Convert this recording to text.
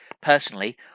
personally